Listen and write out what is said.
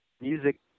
music